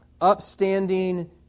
upstanding